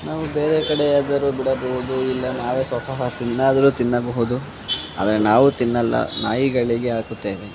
ನಾವು ಬೇರೆ ಕಡೆಯಾದರೂ ಬಿಡಬಹುದು ಇಲ್ಲ ನಾವೇ ಸ್ವತಃ ತಿನ್ನಾದರು ತಿನ್ನಬಹುದು ಆದರೆ ನಾವು ತಿನ್ನಲ್ಲ ನಾಯಿಗಳಿಗೆ ಹಾಕುತ್ತೇವೆ